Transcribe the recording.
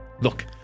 Look